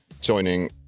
joining